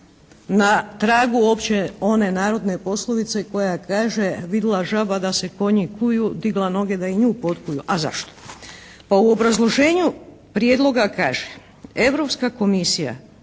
na tragu opće one narodne poslovice koja kaže vidla žaba da se konji kuju, digla noge da i nju potkuju. A zašto? pa u obrazloženju prijedloga kaže, Europska komisija